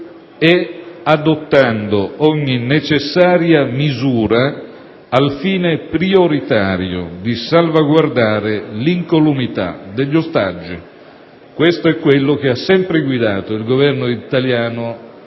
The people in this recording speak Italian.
«e adottando ogni necessaria misura al fine prioritario di salvaguardare l'incolumità degli ostaggi». Questo è quanto ha sempre guidato il Governo italiano